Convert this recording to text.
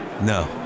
No